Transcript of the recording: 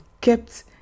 kept